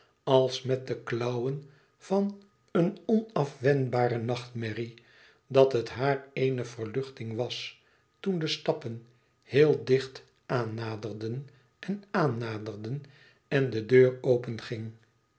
als met de klauwen van een onafweerbare nachtmerrie dat het haar eene verluchting was toen de stappen heel dicht aannaderden en aannaderden en de deur